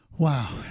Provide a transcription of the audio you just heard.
Wow